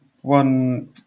one